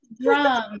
Drum